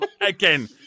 Again